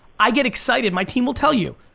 i get excited, my team'll tell you,